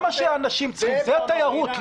זאת התיירות.